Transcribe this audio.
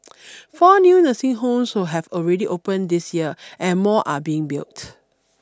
four new nursing homes so have already opened this year and more are being built